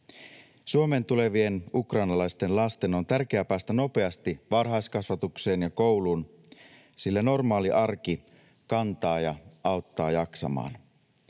Suomeen tulevien ukrainalaisten lasten on tärkeää päästä nopeasti varhaiskasvatukseen ja kouluun, sillä normaali arki kantaa ja auttaa jaksamaan.